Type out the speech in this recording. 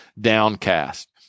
downcast